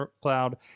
cloud